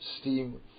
steam